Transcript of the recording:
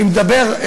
אני מדבר,